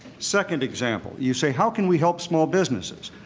second example, you say, how can we help small businesses?